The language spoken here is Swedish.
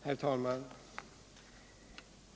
Herr talman!